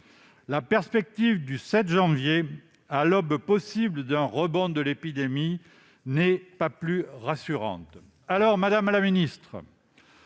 La perspective du 7 janvier, à l'aube d'un possible rebond de l'épidémie, n'est pas plus rassurante. Alors, madame la ministre,